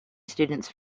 students